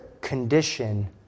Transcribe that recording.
condition